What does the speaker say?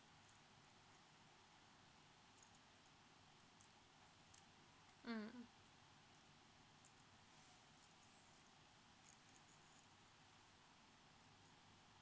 mm